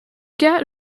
cas